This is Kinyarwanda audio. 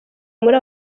muri